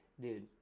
dude